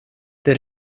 det